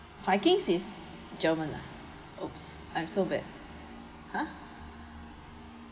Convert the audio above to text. vikings is german ah !oops! I'm so bad ha